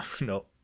no